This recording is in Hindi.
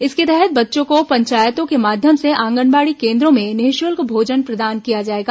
इसके तहत बच्चों को पंचायतों के माध्यम से आंगनबाड़ी केन्द्रों में निःशुल्क भोजन प्रदान किया जाएगा